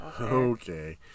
Okay